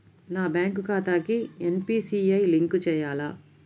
నా బ్యాంక్ ఖాతాకి NPCI link చేయాలా?